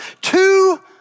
two